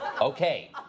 Okay